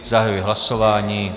Zahajuji hlasování.